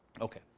Okay